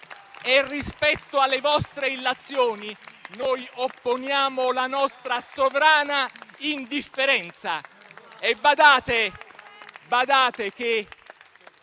e rispetto alle vostre illazioni opponiamo la nostra sovrana indifferenza.